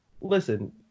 listen